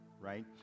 right